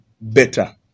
better